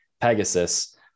Pegasus